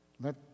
Let